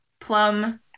plum